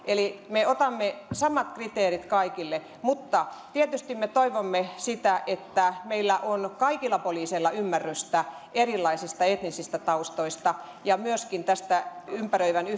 eli meillä on samat kriteerit kaikille tietysti me toivomme että kaikilla poliiseilla on ymmärrystä erilaisista etnisistä taustoista ja myöskin ympäröivästä